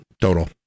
total